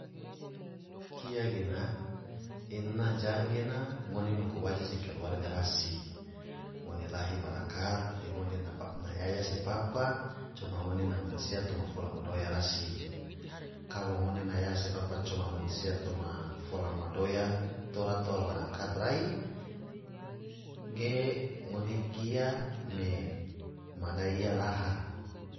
Kia gena ena jang gena ngone maku waje se keluarga rasi, ngone lahi barakat te ngone na yaya se papa coma ngone na mansia toma fola madoya rasi, kalo ngone na yaya se papa coma mansia toma fola madoya tora toa barakat rai ge ngone kia me magai iya laha.